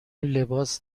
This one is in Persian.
لباس